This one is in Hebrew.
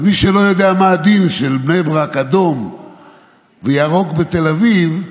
אז מי שלא יודע מה הדין של בני ברק אדום וירוק בתל אביב,